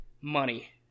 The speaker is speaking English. money